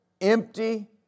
empty